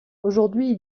aujourd’hui